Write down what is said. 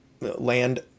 land